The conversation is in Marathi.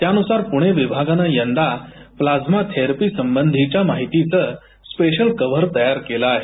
त्यानुसार पुणे विभागानं यंदा प्लाझ्मा थेरपी संबंधी माहितीचं स्पेशल कव्हर तयार केलं आहे